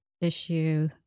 issue